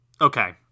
Okay